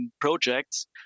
projects